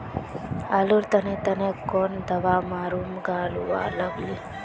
आलूर तने तने कौन दावा मारूम गालुवा लगली?